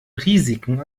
risiken